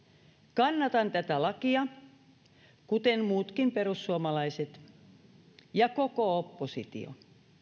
kannatan tätä lakia kuten muutkin perussuomalaiset ja koko oppositio